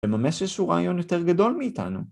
‫לממש איזשהו רעיון יותר גדול מאיתנו.